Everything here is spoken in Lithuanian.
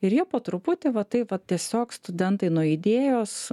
ir jie po truputį va taip va tiesiog studentai nuo idėjos